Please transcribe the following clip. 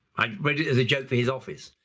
i read it as a joke for his office,